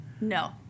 No